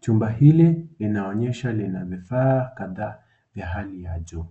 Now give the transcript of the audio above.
chumba hili inaonyesha kuwa ina vifaa ambavyo ni vya hali ya juu.